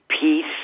peace